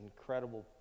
incredible